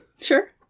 sure